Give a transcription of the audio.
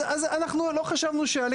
אז אנחנו לא חשבנו שהליך,